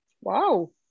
Wow